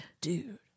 Dude